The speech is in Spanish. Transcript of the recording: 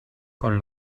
con